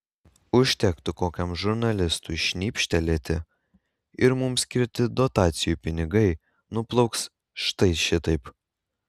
užtektų kokiam žurnalistui šnipštelėti ir mums skirti dotacijų pinigai nuplauks štai šitaip